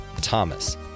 Thomas